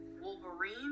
Wolverine